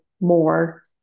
more